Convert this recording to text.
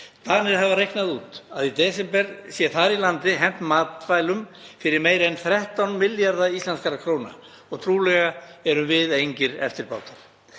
Danir hafa reiknað út að í desember sé þar í landi hent matvælum fyrir meira en 13 milljarða íslenskra króna og trúlega erum við engir eftirbátar.